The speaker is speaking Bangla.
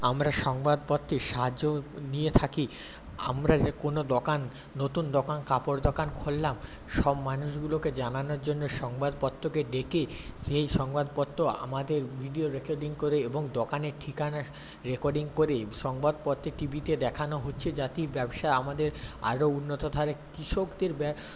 আমরা সংবাদপত্রের সাহায্য নিয়ে থাকি আমরা যে কোনো দোকান নতুন দোকান কাপড় দোকান খুললাম সব মানুষগুলোকে জানানোর জন্যে সংবাদপত্রকে ডেকে সেই সংবাদপত্র আমাদের ভিডিও রেকর্ডিং করে এবং দোকানের ঠিকানা রেকর্ডিং করে সংবাদপত্রে টিভিতে দেখানো হচ্ছে যাতে ব্যবসা আমাদের আরো উন্নত